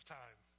time